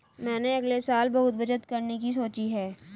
मैंने अगले साल बहुत बचत करने की सोची है